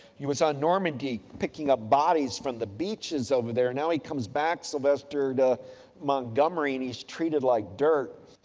he was on normandy picking up bodies from the beaches over there. now he comes back sylvester to montgomery and he's treated like dirt.